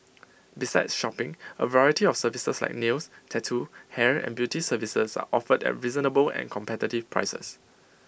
besides shopping A variety of services like nails tattoo hair and beauty services are offered at reasonable and competitive prices